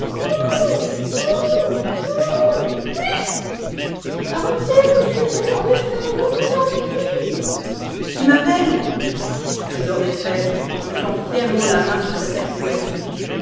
arrctex monsieur trésor des fèves on vous en prie qui m'appelle dit trésor des fèves en mettant nèrement la main sur sa serfouette